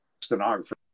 stenographer